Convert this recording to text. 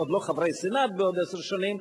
עוד לא חברי סנאט בעוד עשר שנים,